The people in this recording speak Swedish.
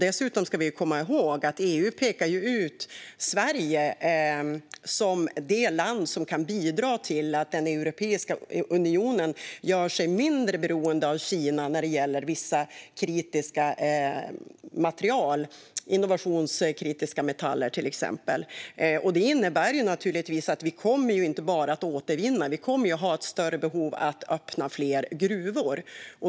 Dessutom ska vi komma ihåg att EU pekar ut Sverige som det land som kan bidra till att Europeiska unionen gör sig mindre beroende av Kina när det gäller vissa kritiska material, till exempel innovationskritiska metaller. Det innebär naturligtvis att vi inte bara kommer att återvinna, utan vi kommer att ha ett större behov av att öppna fler gruvor.